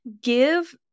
give